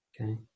okay